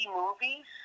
movies